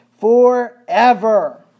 forever